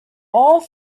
all